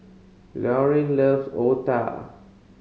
Lauryn loves Otah